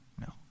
No